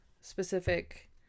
specific